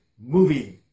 movie